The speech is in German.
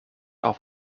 auf